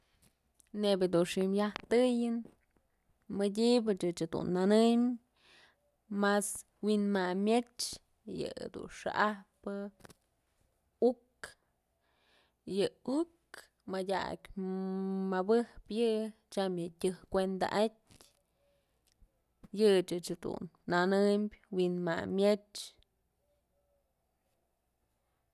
Neyb jedun xi'im yajtëyën mëdyë ëch dun nanëm mas wi'inmayn mëch yë dun xa'ajpë ukë yë ukë madyak mëbëp yë tyam yë tyëjk kuenda atyë yëch ëch dun nanëmbyë wi'inmayn myëch.